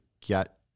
get